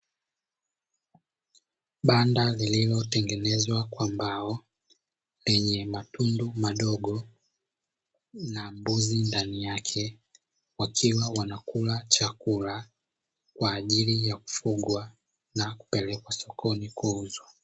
Banda lililotengenezwa kwa mbao lenye matundu madogo na mbuzi ndani yake, wakiwa wanakula chakula kwa ajili ya kufugwa na kupelekwa sokoni kuuzwa.